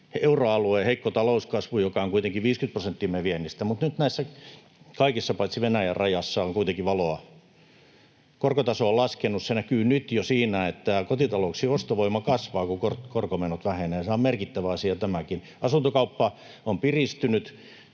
Euroalueen, joka on kuitenkin 50 prosenttia meidän viennistä, heikko talouskasvu. Mutta nyt näissä kaikissa, paitsi Venäjän rajassa, on kuitenkin valoa: Korkotaso on laskenut, mikä näkyy nyt jo siinä, että kotitalouksien ostovoima kasvaa, kun korkomenot vähenevät. Sehän on merkittävä asia tämäkin. Asuntokauppa on piristynyt,